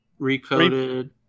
Recoded